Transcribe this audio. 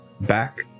back